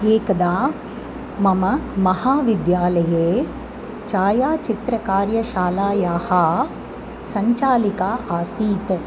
एकदा मम महाविद्यालये छायाचित्रकार्यशालायाः सञ्चालिका आसीत्